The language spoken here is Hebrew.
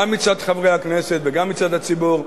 גם מצד חברי הכנסת וגם מצד הציבור.